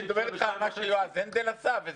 אני מדבר איתך על מה שיועז הנדל עשה?